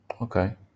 okay